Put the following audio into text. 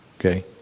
okay